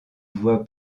voie